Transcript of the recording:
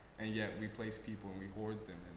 and yet we place people and we board them